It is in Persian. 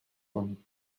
کنین